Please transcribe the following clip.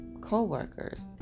co-workers